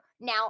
Now